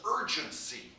urgency